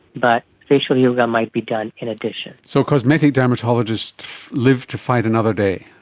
but facial yoga might be done in addition. so cosmetic dermatologists live to fight another day.